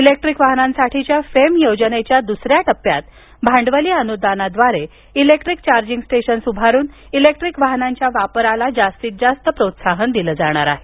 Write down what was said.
electric वाहनांसाठीच्या FAME योजनेच्या द्सऱ्या टप्प्यात भांडवली अनुदानाद्वारे इलेक्ट्रीक चार्जिंग स्टेशन्स उभारुन इलेक्ट्रीक वाहनांच्या वापराला जास्तीत जास्त प्रोत्साहन दिलं जाणार आहे